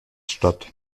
statt